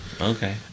okay